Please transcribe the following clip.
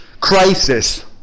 crisis